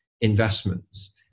investments